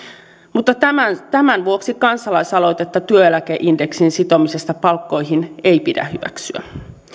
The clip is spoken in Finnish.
tämän tämän vuoksi kansalaisaloitetta työeläkeindeksin sitomisesta palkkoihin ei pidä hyväksyä